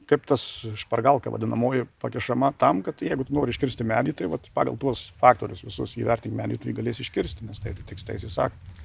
kaip tas špargalkė vadinamoji pakišama tam kad jeigu tu nori iškirsti medį tai vat pagal tuos faktorius visus įvertink medį tu jį galėsi iškirsti nes tai atitiks teisės aktų